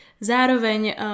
Zároveň